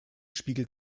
spiegelt